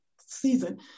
season